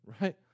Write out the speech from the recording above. right